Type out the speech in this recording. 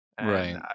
Right